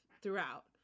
throughout